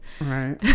Right